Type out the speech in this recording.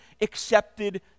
accepted